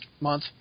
month